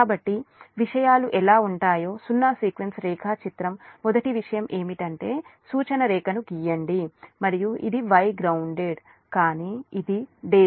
కాబట్టి విషయాలు ఎలా ఉంటాయో సున్నా సీక్వెన్స్ రేఖాచిత్రం మొదటి విషయం ఏమిటంటే సూచన రేఖను గీయండి మరియు ఇది Y గ్రౌన్దేడ్ కానీ ఇది ∆